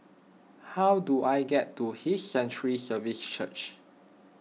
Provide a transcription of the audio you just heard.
how do I get to His Sanctuary Services Church